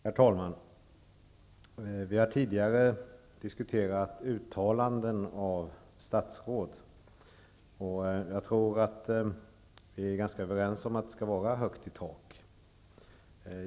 Herr talman! Vi har tidigare diskuterat uttalanden av statsråd, och jag tror att vi är ganska överens om att det skall vara högt i tak.